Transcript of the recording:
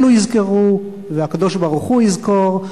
אלו יזכרו והקדוש-ברוך-הוא יזכור,